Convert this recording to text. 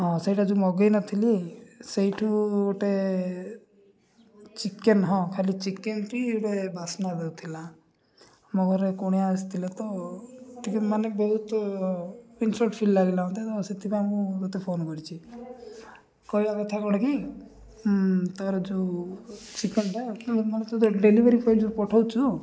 ହଁ ସେଇଟା ଯେଉଁ ମଗାଇନଥିଲି ସେଇଠୁ ଗୋଟେ ଚିକେନ ହଁ ଖାଲି ଚିକେନଟି ଗୋଟେ ବାସ୍ନା ଦେଉଥିଲା ମୋ ଘରେ କୁଣିଆ ଆସିଥିଲେ ତ ଟିକେ ମାନେ ବହୁତ ଲାଗିଲା ମୋତେ ତ ସେଥିପାଇଁ ମୁଁ ମୋତେ ଫୋନ କରିଛି କହିବା କଥା କ'ଣ କି ତୋର ଯେଉଁ ଚିକେନଟା ମାନେ ତ ଡେଲିଭରି ବଏ ଯେଉଁ ପଠାଉଛୁ